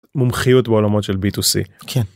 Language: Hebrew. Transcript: מומחיות בעולמות של ביטוסי.